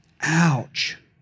Ouch